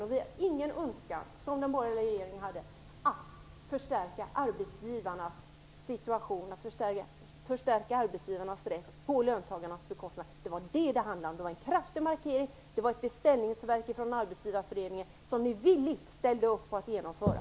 Vi har ingen önskan, som den borgerliga regeringen hade, att förstärka arbetsgivarnas rätt på löntagarnas bekostnad. Det var det som det handlade om. Det var en kraftig markering. Det var ett beställningsverk ifrån arbetsgivareföreningen som ni villigt ställde upp på att genomföra.